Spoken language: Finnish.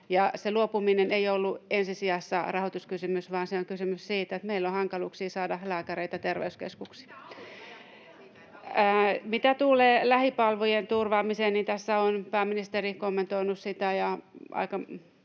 luopuminen ei ollut ensi sijassa rahoituskysymys, vaan kysymys on siitä, että meillä on hankaluuksia saada lääkäreitä terveyskeskuksiin. Mitä tulee lähipalvelujen turvaamiseen, niin tässä on pääministeri kommentoinut sitä